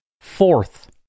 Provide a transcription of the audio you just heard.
Fourth